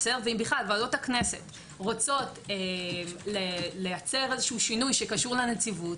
ואם בכלל ועדות הכנסת רוצות לייצר איזשהו שינוי שקשור לנציבות,